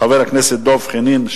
חבר הכנסת דב חנין,